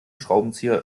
schraubenzieher